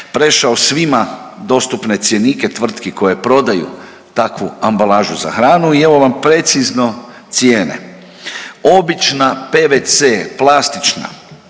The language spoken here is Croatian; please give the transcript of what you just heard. prešao svima dostupne cjenike tvrtki koje prodaju takvu ambalažu za hranu i evo vam precizno cijene. Obična pvc plastična